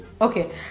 Okay